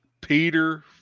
Peter